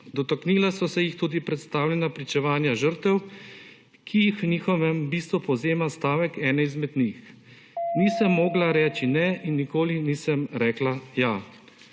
Dotaknila so se jih tudi predstavljena pričevanja žrtev, ki jih v njihovem bistvu povzema stavek ene izmed njim: »Nisem mogla reči ne in nikoli nisem rekla ja.«